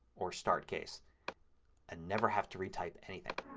or start case and never have to retype anything.